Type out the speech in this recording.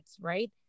right